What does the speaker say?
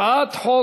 הצעת החוק